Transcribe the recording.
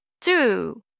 two